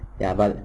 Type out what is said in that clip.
ya but